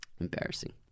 Embarrassing